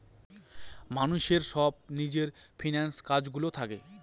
মানুষের সব নিজের ফিন্যান্স কাজ গুলো থাকে